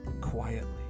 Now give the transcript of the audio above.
quietly